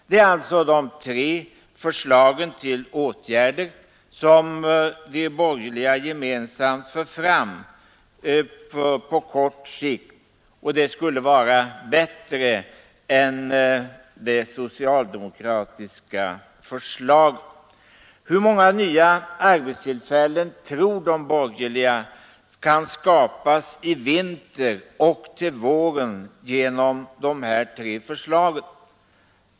Det är dessa tre förslag till åtgärder som de borgerliga gemensamt för fram på kort sikt, och dessa åtgärder skulle bättre än de av regeringen föreslagna åtgärderna klara sysselsättningen. Hur många nya arbetstillfällen tror de borgerliga kan skapas i vinter och till våren genom de här tre förslagen?